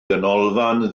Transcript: ganolfan